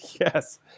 yes